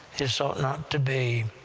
this ought not to be.